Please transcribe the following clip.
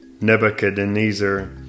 Nebuchadnezzar